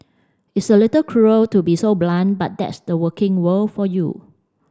it's a little cruel to be so blunt but that's the working world for you